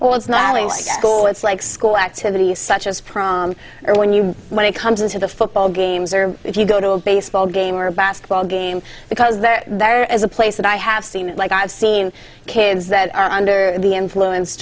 cool it's like school activities such as prom or when you when it comes into the football games or if you go to a baseball game or a basketball game because there there is a place that i have seen like i have seen kids that are under the influence